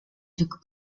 took